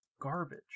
garbage